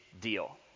deal